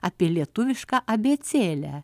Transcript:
apie lietuvišką abėcėlę